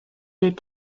est